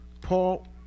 paul